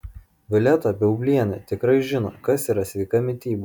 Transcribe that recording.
violeta baublienė tikrai žino kas yra sveika mityba